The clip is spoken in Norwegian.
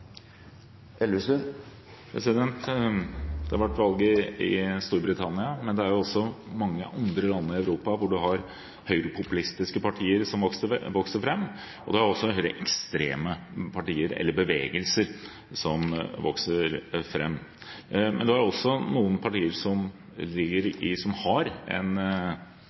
Det har vært valg i Storbritannia, men det er også mange andre land i Europa hvor man har høyrepopulistiske partier som vokser fram, og det er også høyreekstreme partier eller bevegelser som vokser fram. Men det er også noen partier som har en statslederposisjon. Jeg tenker da på Ungarn, med deres statsminister Viktor Orbán, som